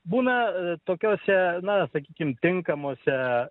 būna tokiose na sakykim tinkamose